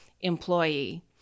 employee